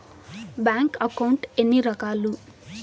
bank account ఎన్ని రకాలు